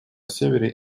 севере